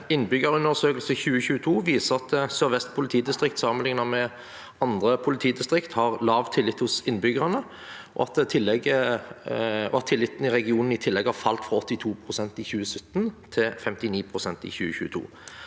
innbyggerundersøkelse 2022 viser at Sør-Vest politidistrikt sammenlignet med andre politidistrikt har lav tillit hos innbyggerne, og at tilliten i regionen i tillegg har falt fra 82 pst. i 2017 til 59 pst. i 2022.